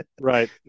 right